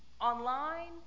online